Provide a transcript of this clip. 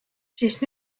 siis